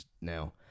now